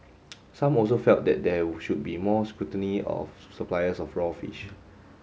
some also felt that there should be more scrutiny of suppliers of raw fish